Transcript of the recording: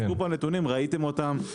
הוצגו פה נתונים, ראיתם אותם.